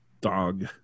dog